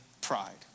pride